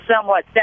somewhat